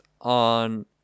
on